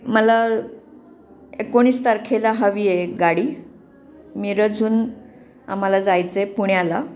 मला एकोणीस तारखेला हवी आहे एक गाडी मिरजहून आम्हाला जायचं आहे पुण्याला